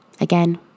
Again